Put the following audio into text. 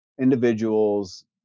individuals